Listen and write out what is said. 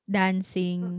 dancing